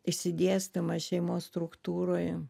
išsidėstymą šeimos struktūroj